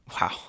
Wow